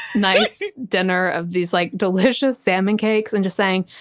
nice dinner of these like delicious salmon cakes, and just saying,